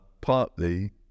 partly